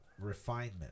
refinement